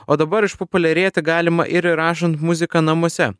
o dabar išpopuliarėti galima ir rašant muziką namuose